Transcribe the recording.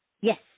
Yes